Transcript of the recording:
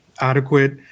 adequate